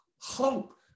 hope